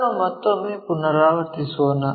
ಅದನ್ನು ಮತ್ತೊಮ್ಮೆ ಪುನರಾವರ್ತಿಸೋಣ